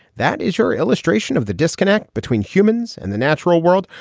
that is your illustration of the disconnect between humans and the natural world.